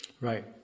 Right